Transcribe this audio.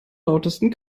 lautesten